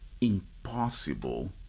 impossible